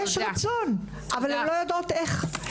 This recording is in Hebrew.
יש רצון אבל הן לא יודעות איך.